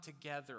together